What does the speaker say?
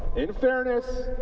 in fairness,